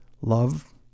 love